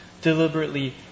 deliberately